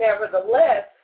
nevertheless